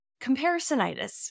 comparisonitis